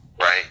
right